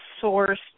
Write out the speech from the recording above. source